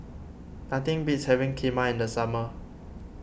nothing beats having Kheema in the summer